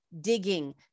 digging